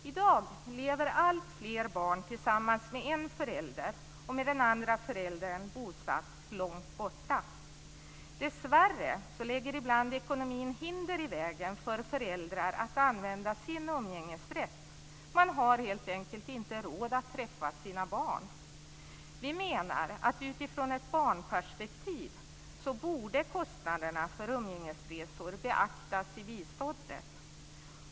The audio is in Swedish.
I dag lever alltfler barn tillsammans med en förälder och med den andra föräldern bosatt långt borta. Dessvärre lägger ibland ekonomin hinder i vägen för föräldrar att använda sin umgängesrätt - man har helt enkelt inte råd att träffa sina barn. Vi menar att utifrån ett barnperspektiv borde kostnaderna för umgängesresor beaktas i biståndet.